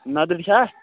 نَدٕرۍ چھا